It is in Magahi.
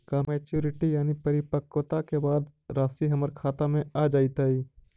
का मैच्यूरिटी यानी परिपक्वता के बाद रासि हमर खाता में आ जइतई?